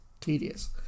tedious